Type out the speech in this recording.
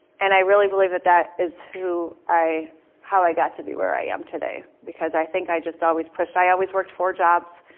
and i really believed that that is who how i got to be where i am today. because i think i just always pushed. i always worked for jobs.